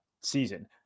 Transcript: season